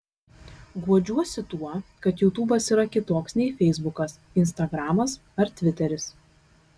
guodžiuosi tuo kad jutubas yra kitoks nei feisbukas instagramas ar tviteris